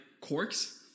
corks